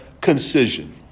concision